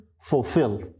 fulfill